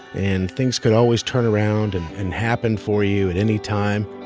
and things could always turn around and and happen for you at any time